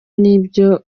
n’ibyo